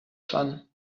fun